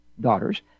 daughters